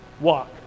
walk